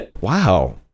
Wow